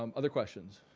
um other questions?